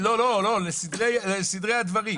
לסדרי הדברים.